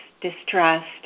distrust